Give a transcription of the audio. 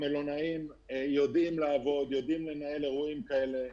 המלונאים יודעים לעבוד, יודעים לנהל אירועים כאלה,